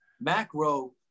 Macro